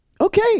okay